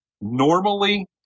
normally